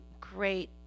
great